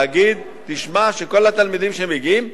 שכל התלמידים שמגיעים,